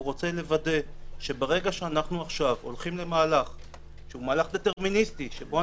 הוא רוצה לוודא שברגע שאנחנו הולכים למהלך של שינוי,